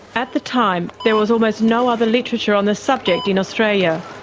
at the time, there was almost no other literature on the subject in australia.